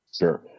Sure